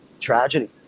tragedy